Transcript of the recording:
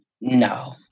No